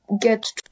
Get